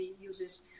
uses